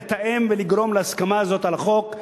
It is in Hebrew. לתאם ולגרום להסכמה הזאת על החוק,